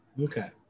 Okay